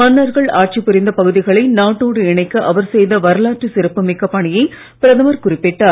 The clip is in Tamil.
மன்னர்கள் ஆட்சி புரிந்த பகுதிகளை நாட்டோடு இணைக்க அவர் செய்த வரலாற்ற சிறப்புமிக்க பணியை பிரதமர் குறிப்பிட்டார்